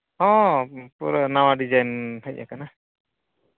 ᱦᱚᱸ ᱯᱩᱨᱟᱹ ᱱᱟᱣᱟ ᱰᱤᱡᱟᱭᱤᱱ ᱦᱮᱡ ᱠᱟᱱᱟ